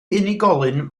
unigolyn